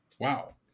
Wow